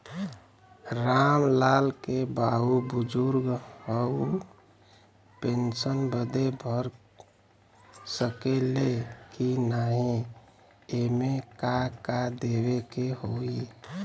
राम लाल के बाऊ बुजुर्ग ह ऊ पेंशन बदे भर सके ले की नाही एमे का का देवे के होई?